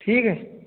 ठीक है